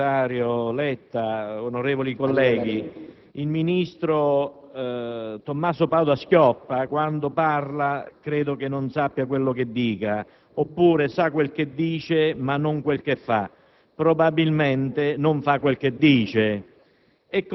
Signor Presidente, onorevole sottosegretario Letta, onorevoli colleghi, il ministro Tommaso Padoa-Schioppa, quando parla, credo che non sappia quello che dica oppure sa quel che dice ma non quel che fa;